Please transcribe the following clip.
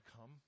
come